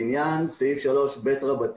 לעניין סעיף 3ב,